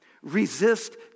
Resist